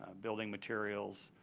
um building materials,